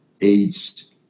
aged